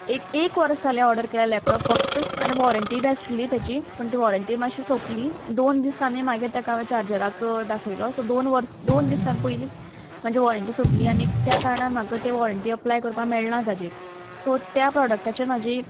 एक एक वर्स जालें लॅपटोप फक्त आनी वॉरंटी बी आसली ताजी पूण ती वॉरंटी मातशी सोंपली दोन दिसांनी मागीर ताका हांवें चार्जराक दाखयलो सो दोन वर्स सो दोन दीस दिसां पयलींच म्हजी वॉरंटी सोंपली आनी त्या कारणान म्हाका ती वॉरंटी अप्लाय करपाक मेळना ताजेर सो त्या प्रोडक्टाचेर म्हजी